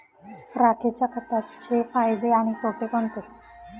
राखेच्या खताचे फायदे आणि तोटे कोणते?